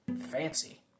fancy